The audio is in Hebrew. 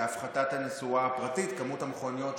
הפחתת הנסועה הפרטית,